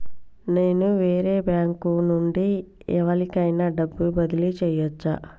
నేను వేరే బ్యాంకు నుండి ఎవలికైనా డబ్బు బదిలీ చేయచ్చా?